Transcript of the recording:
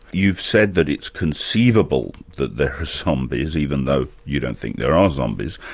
you've said that it's conceivable that there are zombies, even though you don't think there are zombies.